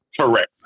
Correct